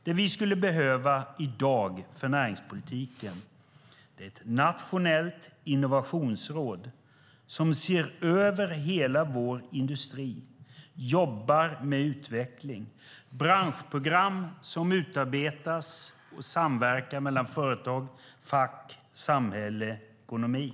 Det vi behöver i näringspolitiken är ett nationellt innovationsråd som ser över hela vår industri och jobbar med utveckling. Vi behöver branschprogram som utarbetas och samverkar mellan företag, fack, samhälle och ekonomi.